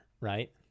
right